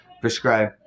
prescribe